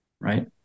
right